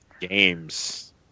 Games